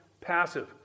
passive